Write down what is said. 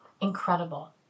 incredible